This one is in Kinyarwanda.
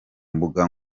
mbuga